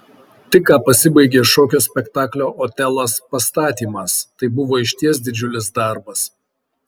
tik ką pasibaigė šokio spektaklio otelas pastatymas tai buvo išties didžiulis darbas